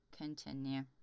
Continue